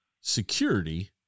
security